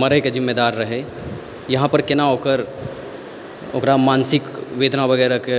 मरैके जिम्मेदार रहै यहाँ पर केना ओकर एकरा मानसिक वेदना वगेरह के